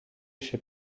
chez